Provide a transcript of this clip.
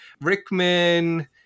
rickman